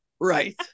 Right